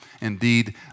indeed